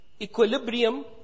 equilibrium